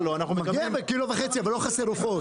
מגיע קילו וחצי אבל לא חסרים עופות.